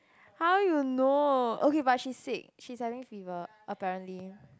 how you know okay but she's sick she's having fever apparently